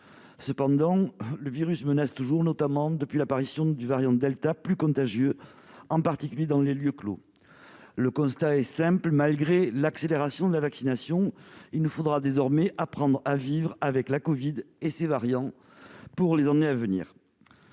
Cependant, le virus menace toujours, notamment depuis l'apparition du variant Delta, plus contagieux, en particulier dans les lieux clos. Le constat est simple : malgré l'accélération de la vaccination, il nous faudra désormais apprendre à vivre avec la covid et ses variants pour les années à venir.